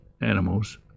animals